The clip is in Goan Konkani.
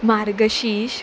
मार्गशीश